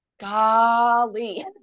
Golly